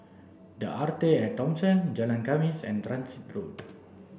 the Arte at Thomson Jalan Khamis and Transit Road